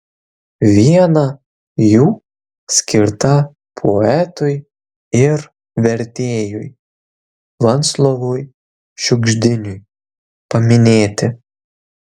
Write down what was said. viena jų skirta poetui ir vertėjui vaclovui šiugždiniui paminėti